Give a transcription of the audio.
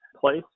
place